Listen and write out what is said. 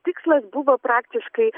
tikslas buvo praktiškai